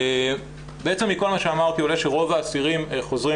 בעצם מכל מה שאמרתי עולה שרוב האסירים חוזרים